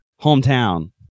hometown